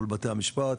מול בתי המשפט,